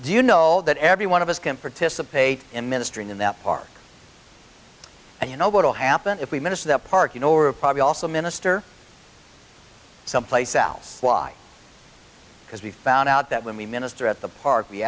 do you know that every one of us can participate in ministering in that part and you know what'll happen if we minister the park you know or probably also minister someplace else why because we found out that when we minister at the park we